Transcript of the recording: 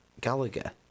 Gallagher